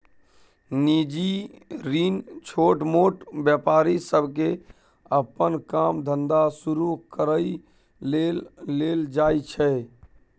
निजी ऋण छोटमोट व्यापारी सबके अप्पन काम धंधा शुरू करइ लेल लेल जाइ छै